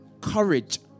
courage